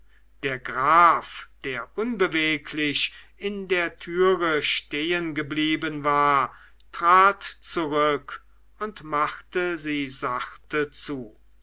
der graf der unbeweglich in der türe stehengeblieben war trat zurück und machte sie sachte zu